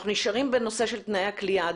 אנחנו נשארים בנושא תנאי הכליאה.